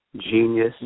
genius